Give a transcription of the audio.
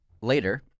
Later